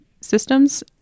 systems